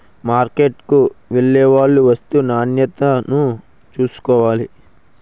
మార్కెట్కు వెళ్లేవాళ్లు వస్తూ నాణ్యతను చూసుకోవాలి